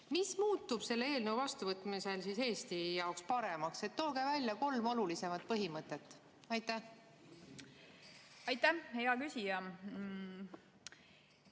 Mis muutub selle eelnõu vastuvõtmisel Eesti jaoks paremaks? Tooge välja kolm olulisemat põhimõtet. Aitäh, hea küsija!